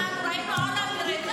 מה שאנחנו ראינו,